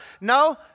No